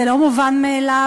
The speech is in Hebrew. זה לא מובן מאליו.